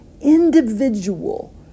individual